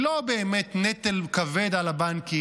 היא לא באמת נטל כבד על הבנקים.